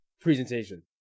presentation